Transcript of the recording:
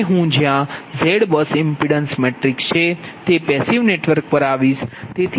હવે હું જ્યાં ZBUS ઇમ્પિડન્સ મેટ્રિક્સ છે તે પેશીવ નેટવર્ક પર આવીશ